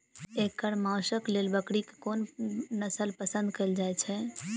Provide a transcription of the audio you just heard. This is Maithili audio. एकर मौशक लेल बकरीक कोन नसल पसंद कैल जाइ छै?